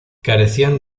carecían